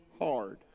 hard